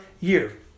year